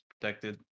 protected